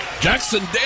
Jackson